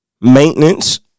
maintenance